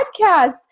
Podcast